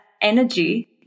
energy